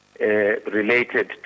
Related